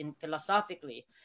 philosophically